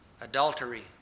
adultery